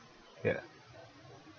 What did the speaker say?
ya